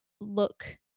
look